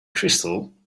crystal